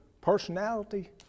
personality